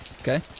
Okay